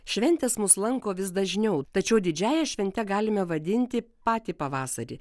šventės mus lanko vis dažniau tačiau didžiąja švente galime vadinti patį pavasarį